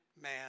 man